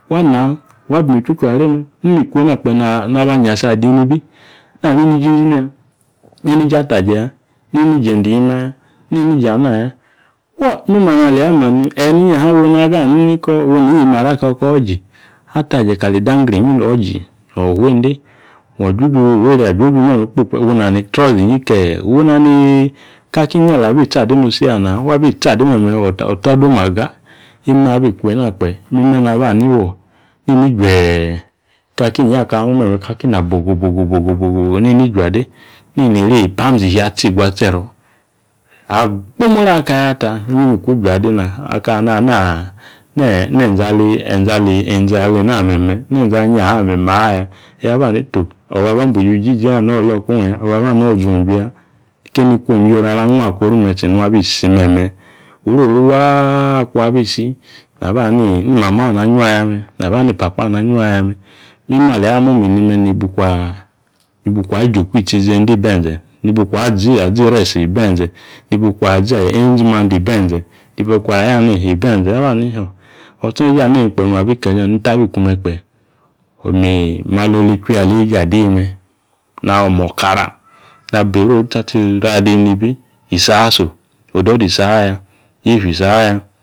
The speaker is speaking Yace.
. Wa naa wa bi manyi ochuochu are me. Imme kuna kpe naba anyassa adi nibi. Nani nini iji inzunu ya, neni iji ataje̱ ya, neni iji e̱nde̱ iyima ya, neni iji ana ya fuo mime ani ali ama ni, eeni inyaha woyi ni iyima are ako̱ ko iji, ataje kati idangere inyi no̱ iji no fucnole wu uria ajuoju me̱me̱ wu nani trouser inyi ke, wana ni kaki ali bi tsi ade nosi ya wa bi tsi ade me̱me̱ o̱ta gomaga. Imme̱ abi ku ena kpe̱, mime̱ naba hani fuo neni iju kaki inyi aka ghung me̱me̱ kaki ina bo̱go̱ bo̱go̱ bo̱go̱ neni ijua ade nini agbumuri kayata, nime iku juade eena. nenze alena meme. Nenze ali inyaha me̱ ni imaya. Yaba nito o̱baba abu iywi ijiji ano̱ lock ong ya, o̱baba ani no̱ zung iju ya. Keni kwom yoru ala nwa koru me tsi. Nung abi sime̱me̱ oriori waa akung abi si, naba hani mamaa na yuaya me̱ naba hani papaa na yuaya me̱. Imme ali amo̱ma eni me̱ nibi ku malo lechu eeigi aleeje adi me̱ na mo̱ o̱kara, naba oriori waa abi irio̱ adi nibi o̱do̱do̱ isi aya, yiefya isi aya.